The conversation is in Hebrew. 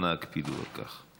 אנא הקפידו על כך.